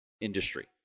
industry